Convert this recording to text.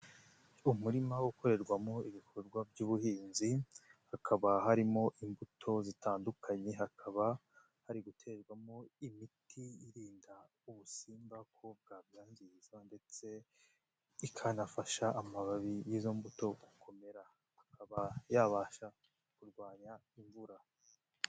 Umurima ukorerwamo ibikorwa by'ubuhinzi, hakaba harimo imbuto zitandukanye, hakaba hari guterwamo imiti irinda ubusimba ko bwabyangiza ndetse ikanafasha amababi y'izo mbuto gukomera, akaba yabasha kurwanya imvura.